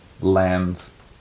lands